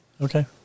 Okay